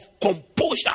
composure